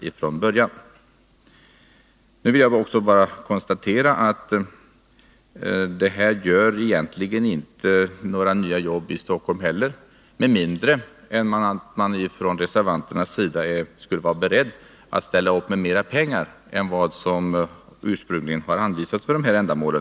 Inte heller med reservanternas förslag skapas några nya jobb i Stockholm, om inte reservanterna är beredda att ställa upp med mer pengar än vad som ursprungligen har anvisats för dessa ändamål.